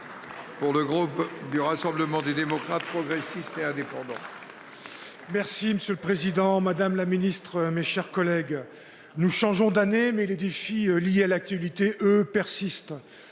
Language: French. Pour le groupe du Rassemblement des démocrates, progressistes et à des. Merci, monsieur le Président Madame la Ministre, mes chers collègues. Nous changeons d'années mais les défis liés à l'actualité, eux, persistent.